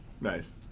nice